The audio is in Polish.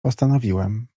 postanowiłem